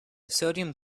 sodium